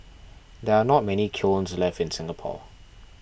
there are not many kilns left in Singapore